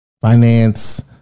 Finance